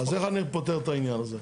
אז איך אני פותר את העניין הזה?